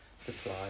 supply